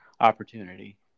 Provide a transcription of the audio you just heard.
opportunity